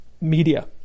media